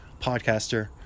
podcaster